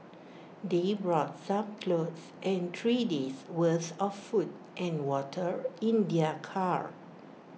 they brought some clothes and three days' worth of food and water in their car